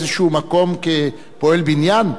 לא פנסיה תקציבית.